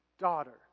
Daughter